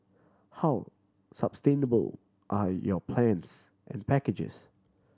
how sustainable are your plans and packages